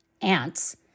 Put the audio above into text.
Ants